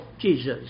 Jesus